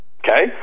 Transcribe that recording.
okay